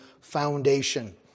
foundation